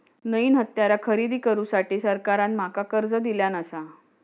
नईन हत्यारा खरेदी करुसाठी सरकारान माका कर्ज दिल्यानं आसा